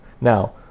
Now